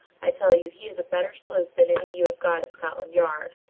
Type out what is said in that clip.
i tell you he is a better sleuth than any you have got at scotland yard,